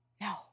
No